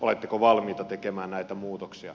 oletteko valmiita tekemään näitä muutoksia